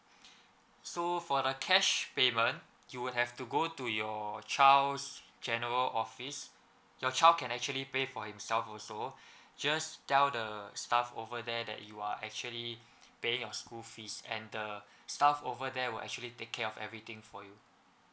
so for the cash payment you will have to go to your child's general office your child can actually pay for himself also just tell the staff over there that you are actually paying your school fees and the staff over there will actually take care of everything for you